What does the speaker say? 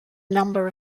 number